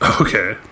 Okay